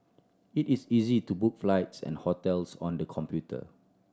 it is easy to book flights and hotels on the computer